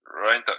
right